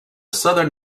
southern